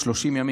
30 ימים,